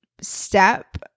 step